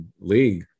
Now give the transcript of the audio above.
league